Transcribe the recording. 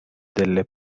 delle